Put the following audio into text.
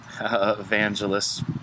evangelist